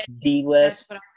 D-list